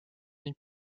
ning